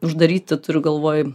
uždaryti turiu galvoj